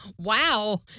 Wow